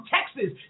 Texas